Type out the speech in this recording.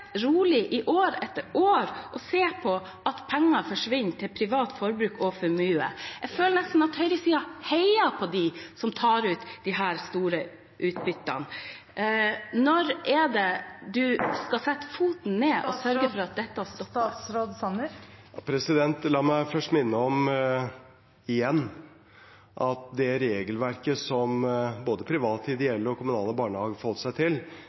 år etter år og se på at penger forsvinner til privat forbruk og formue? Jeg føler nesten at høyresiden heier på dem som tar ut disse store utbyttene. Når skal statsråden sette foten ned og sørge for at dette stopper? La meg først minne om – igjen – at det regelverket som både private, ideelle og kommunale barnehager forholder seg til,